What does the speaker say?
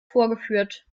vorgeführt